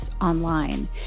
online